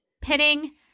pinning